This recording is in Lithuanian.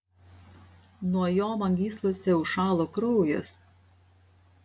nuo jo man gyslose užšalo kraujas